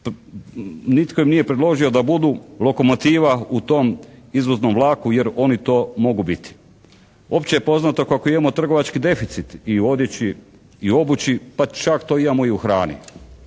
nitko im nije predložio da budu lokomotiva u tom izvoznom vlaku jer oni to mogu biti. Opće je poznato kako imamo trgovački deficit i u odjeći i u obući, pa čak to imamo i u hrani.